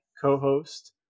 co-host